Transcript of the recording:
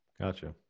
Gotcha